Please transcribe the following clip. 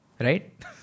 Right